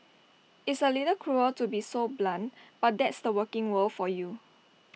it's A little cruel to be so blunt but that's the working world for you